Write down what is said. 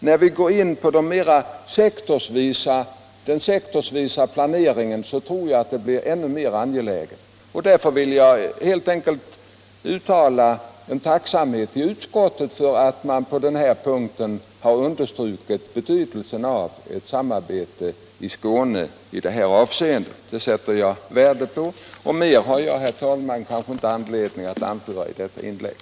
När vi kommer in på den sektorsvisa planeringen tror jag också att en samordning blir ännu mer angelägen. Därför vill jag uttala min tacksamhet för att man i utskottet på den här punkten har understrukit betydelsen av ett samarbete i Skåne i det här avseendet. Det sätter jag värde på. Mer har jag, herr talman, inte anledning att anföra i det här inlägget.